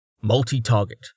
multi-target